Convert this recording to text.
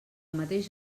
mateix